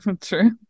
True